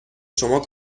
شما